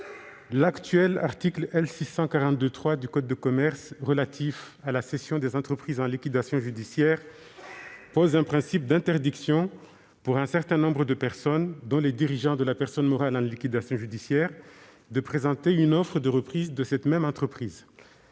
actuelle, l'article L. 642-3 du code de commerce relatif à la cession des entreprises en liquidation judiciaire pose un principe d'interdiction, pour un certain nombre de personnes, dont les dirigeants de la personne morale en liquidation judiciaire, de présenter une offre de reprise de cette même entreprise.